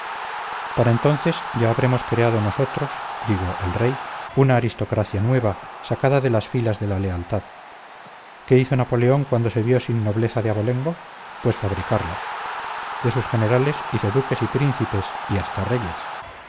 para entonces ya habremos creado nosotros digo el rey una aristocracia nueva sacada de las filas de la lealtad qué hizo napoleón cuando se vio sin nobleza de abolengo pues fabricarla de sus generales hizo duques y príncipes y hasta reyes